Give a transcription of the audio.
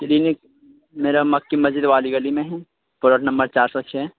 clinic میرا مکی مسجد والی گلی میں ہے پلاٹ نمبر چار سو چھ